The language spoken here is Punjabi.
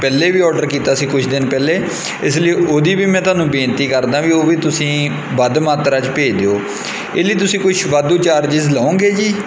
ਪਹਿਲੇ ਵੀ ਔਡਰ ਕੀਤਾ ਸੀ ਕੁਛ ਦਿਨ ਪਹਿਲੇ ਇਸ ਲਈ ਉਹਦੀ ਵੀ ਮੈਂ ਤੁਹਾਨੂੰ ਬੇਨਤੀ ਕਰਦਾ ਵੀ ਉਹ ਵੀ ਤੁਸੀਂ ਵੱਧ ਮਾਤਰਾ 'ਚ ਭੇਜ ਦਿਓ ਇਹਦੇ ਤੁਸੀਂ ਕੁਛ ਵਾਧੂ ਚਾਰਜਿਸ ਲਉਗੇ ਜੀ